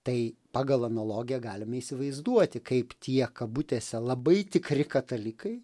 tai pagal analogiją galime įsivaizduoti kaip tie kabutėse labai tikri katalikai